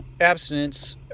abstinence